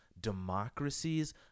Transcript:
democracies